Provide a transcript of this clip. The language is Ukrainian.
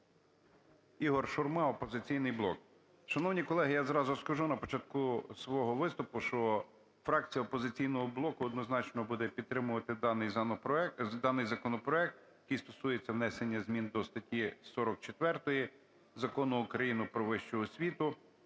Ігор Шурма, "Опозиційний блок". Шановні колеги, я зразу скажу на початку свого виступу, що фракція "Опозиційного блоку" однозначно буде підтримувати даний законопроект, який стосується внесення змін до статті 44 Закону України "Про вищу освіту".